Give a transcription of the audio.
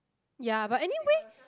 ya but anyway